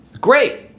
great